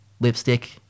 Lipstick